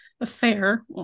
affair